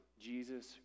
Jesus